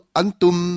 antum